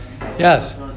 yes